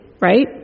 right